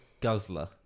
Guzzler